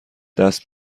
دست